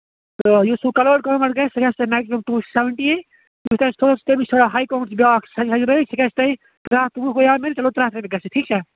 تہٕ یُس ہُہ کَلٲرڈ کانٛگر گَژھِ سُہ گژھِ تۄہہِ میکزِمم ٹوٗ سیوینٹی تٔمِس آسہِ تُہٕنٛز تٔمِس چھِ تھوڑا ہاے کاوُنٛٹ چھِ بیٛاکھ سَجٲوِتھ سُہ گژھِ تۄہہِ ترٛےٚ ہَتھ تہٕ وُہ گٔیاو تیٚلہِ چلو ترٛےٚ ہَتھ رۄپیہِ گژھِ ٹھیٖک چھا